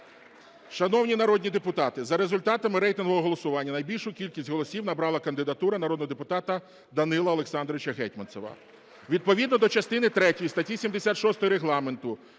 Шановні народні депутати, за результатами рейтингового голосування найбільшу кількість голосів набрала кандидатура народного депутата Данила Олександровича Гетманцева. Відповідно до частини третьої статті 76 Регламенту